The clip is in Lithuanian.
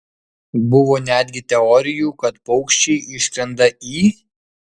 buvo netgi teorijų kad paukščiai išskrenda į